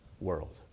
world